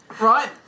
right